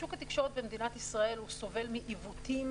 שוק התקשורת במדינת ישראל סובל מעיוותים